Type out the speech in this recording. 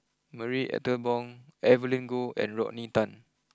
Marie Ethel Bong Evelyn Goh and Rodney Tan